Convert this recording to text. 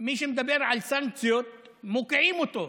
מי שמדבר על סנקציות, מוקיעים אותו.